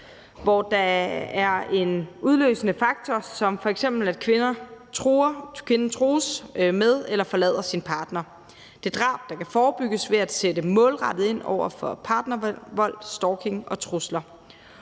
der er en udløsende faktor, som f.eks. at kvinden truer med at forlade eller forlader sin partner. Det er drab, der kan forebygges ved at sætte målrettet ind over for partnervold, stalking og trusler,